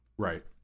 Right